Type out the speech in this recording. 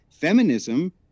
feminism